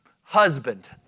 husband